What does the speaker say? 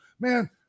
Man